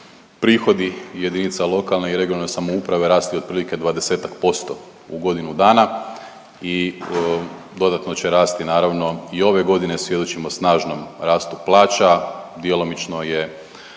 prihodi jedinica lokalne i regionalne samouprave rasli otprilike 20-ak % u godinu dana i dodatno će rasti naravno i ove godine. Svjedočimo snažnom rastu plaća, djelomično je